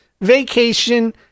vacation